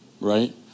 Right